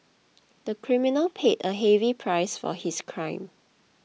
the criminal paid a heavy price for his crime